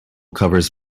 covers